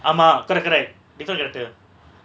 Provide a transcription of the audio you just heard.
ஆமா:aama correct correct because correct uh